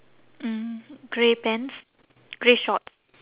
mm grey pants grey shorts